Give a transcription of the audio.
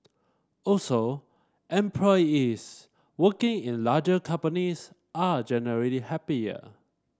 also employees working in larger companies are generally happier